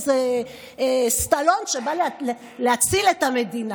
איזה סטאלון' שבא להציל את המדינה.